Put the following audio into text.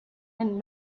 and